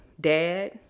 dad